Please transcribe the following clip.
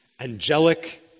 angelic